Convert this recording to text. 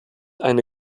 eine